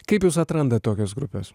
kaip jūs atrandat tokias grupes